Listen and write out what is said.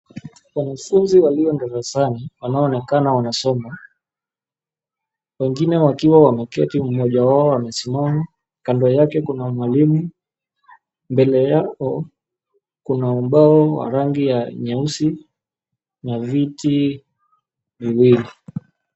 Wanafunzi walio darasani wanaonekana wanasoma wengine wakiwa wameketi mmoja wao amesimama, kando yake kuna mwalimu, mbele yake kuna ubao wa rangi ya nyeusi na viti viwili.